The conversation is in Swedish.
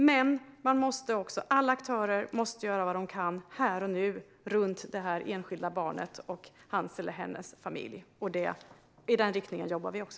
Men alla aktörer måste också göra vad de kan här och nu runt det enskilda barnet och hans eller hennes familj. I den riktningen jobbar vi också.